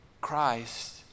Christ